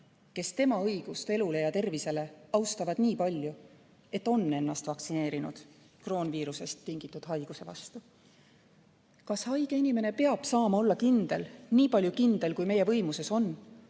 kes tema õigust elule ja tervisele austavad nii palju, et on ennast vaktsineerinud kroonviirusest tingitud haiguse vastu? Kas haige inimene peab saama olla kindel, niipalju kindel, kui meie võimuses on